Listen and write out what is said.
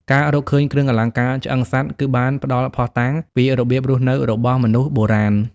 ការរកឃើញគ្រឿងអលង្ការឆ្អឹងសត្វ គឺបានផ្ដល់ភស្តុតាងពីរបៀបរស់នៅរបស់មនុស្សបុរាណ។